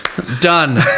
done